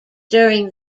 during